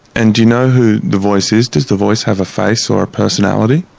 and do you know who the voice is? does the voice have a face, or a personality?